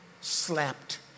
slapped